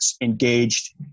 engaged